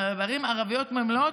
בערים ערביות מלאות,